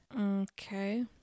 Okay